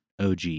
OG